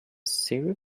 syrup